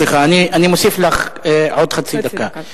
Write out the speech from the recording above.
סליחה, אני מוסיף לך עוד חצי דקה.